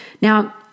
Now